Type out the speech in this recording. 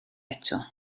eto